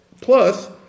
plus